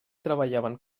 treballaven